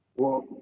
well,